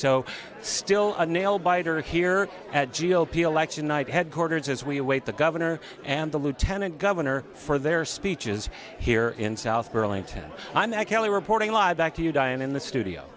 so still a nail biter here at g o p election night headquarters as we await the governor and the lieutenant governor for their speeches here in south burlington i'm ed kelly reporting live back to you dion in the studio